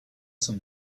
some